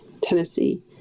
Tennessee